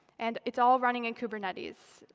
and it's all running in kubernetes.